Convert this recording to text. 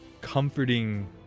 comforting